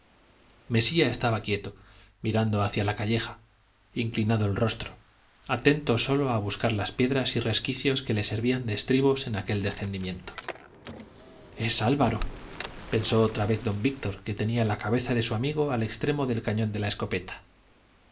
mesía estaba quieto mirando hacia la calleja inclinado el rostro atento sólo a buscar las piedras y resquicios que le servían de estribos en aquel descendimiento es álvaro pensó otra vez don víctor que tenía la cabeza de su amigo al extremo del cañón de la escopeta